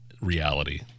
reality